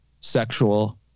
sexual